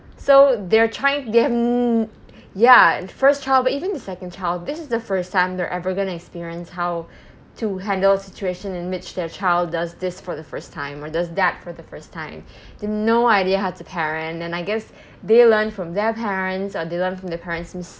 so they're trying they've n~ ya first child but even the second child this is the first time they're ever going to experience how to handle situation in which their child does this for the first time or does that for the first time they've no idea how to parent and I guess they learn from their parents or they learn from the parents